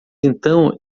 então